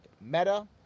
Meta